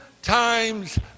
times